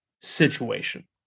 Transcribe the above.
situation